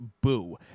Boo